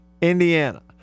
Indiana